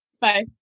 Bye